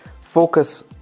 Focus